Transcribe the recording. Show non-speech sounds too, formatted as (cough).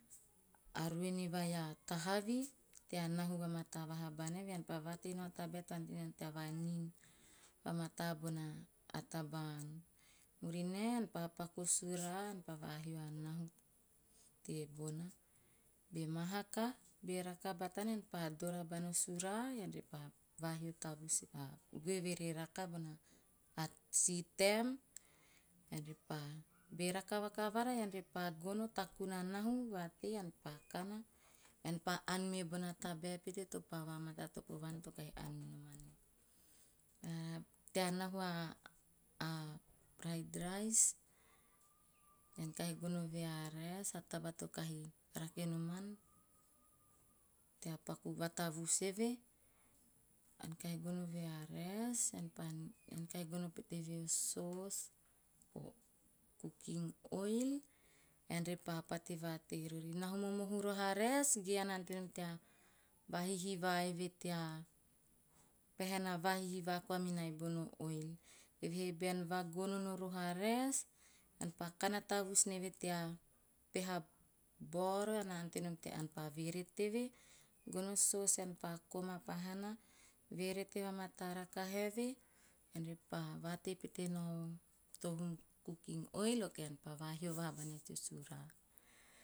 A ruene vai a tahavi, tea nahu vamata vaha bana eve, ean pa vatei nao a tabae to ante nana tea va nin vamata bona, a taba ann. Murinae, ean pa paku o suraa, ean pa vahio a nahu tebona. Be mahaka, be raka batana, ean pa dora bana sura, ean pa vahio tavus mai eve re raka bona si taem ean repa (unintelligible) be raka vakavara ean repa gono takun a nahu, vatei ean repa gono takun a nahu, vatei ean repa gono takun a nahu, vatei ean pa kana, ean pa ann me bona tabae to pa matatopo vaan to kahi ann mi noman. Tea nahu a (hesitation) "fried rice". Ean kaho gono ve a raes ae a taba to kahi rake noman tea paku va tavusm eve. Ean kahn gono ve a raes, ean pa gono o 'sauce', 'cooking oil' ean pa pate vatei riori. Nahu momohu a raes, ge ean na ante nom tea vahihiva eve tea, pahena vahihiva koa minae bona 'oil'. Eve he bean vagonono roho a raes, ean pa kana tavus nieve tea peha baoro, ean na ante nom tea, ean tea peha baoro, ean na ante nom tea ean pa verete eve gono 'sauce' ean pa koma pahana, verete va mataa rakaha eve, ean repa vatei pete nao o to hum 'cooking oil'. Okay ean pa vahio vaha bana koai teo sura.